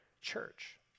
church